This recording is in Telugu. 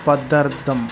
పదార్థం